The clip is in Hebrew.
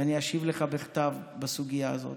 ואני אשיב לך בכתב בסוגיה הזאת.